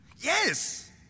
Yes